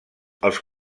els